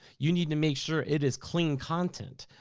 you need to make sure it is clean content,